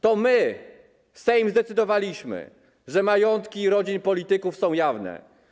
To my, Sejm, zdecydowaliśmy, że majątki rodzin polityków są jawne.